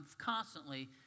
constantly